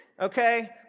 okay